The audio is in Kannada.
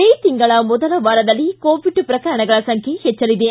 ಮೇ ತಿಂಗಳ ಮೊದಲ ವಾರದಲ್ಲಿ ಕೋವಿಡ್ ಪ್ರಕರಣಗಳ ಸಂಚ್ಯೆ ಹೆಚ್ಚಲಿದೆ